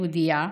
יהודייה,